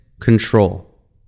control